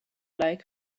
like